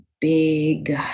big